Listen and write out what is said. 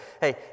hey